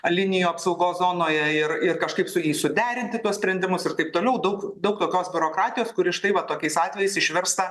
linijų apsaugos zonoje ir ir kažkaip su jais suderinti tuos sprendimus ir taip toliau daug daug tokios biurokratijos kuri štai va tokiais atvejais išvirsta